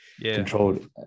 controlled